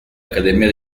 academia